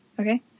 Okay